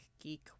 geek